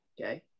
okay